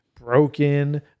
broken